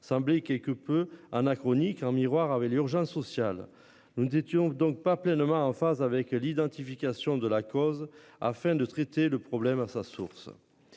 semblé quelque peu anachronique un miroir avait l'urgence sociale. Nous nous étions donc pas pleinement en phase avec l'identification de la cause afin de traiter le problème à sa source.